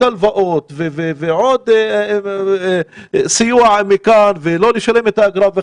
הלוואות ועוד סיוע מכאן ולא לשלם את האגרה.